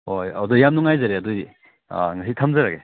ꯍꯣꯏ ꯑꯗꯨ ꯌꯥꯝ ꯅꯨꯡꯉꯥꯏꯖꯔꯦ ꯑꯗꯨ ꯑꯣꯏꯗꯤ ꯑꯥ ꯉꯁꯤ ꯊꯝꯖꯔꯒꯦ